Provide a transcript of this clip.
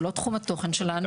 זה לא תחום התוכן שלנו.